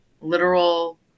literal